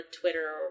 Twitter